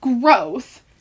growth